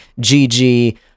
GG